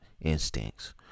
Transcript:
instincts